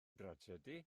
drasiedi